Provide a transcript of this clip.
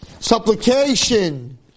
Supplication